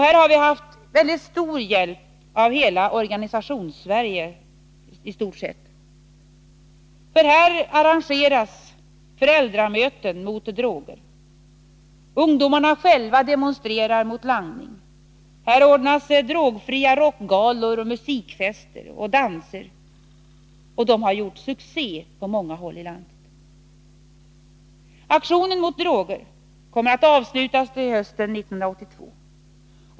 Där har vi haft väldigt stor hjälp av istort sett hela Organisationssverige. I hela landet arrangeras föräldramöten om droger, och ungdomarna själva demonstrerar mot langning. Drogfria rockgalor, musikfester och dans ordnas på många håll och har gjort stora succéer. Aktionen mot droger kommer att avslutas till hösten 1982.